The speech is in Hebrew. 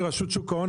מרשות שוק ההון,